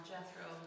Jethro